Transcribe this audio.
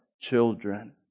children